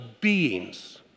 beings